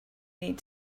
need